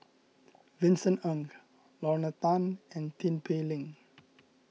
Vincent Ng Lorna Tan and Tin Pei Ling